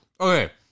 Okay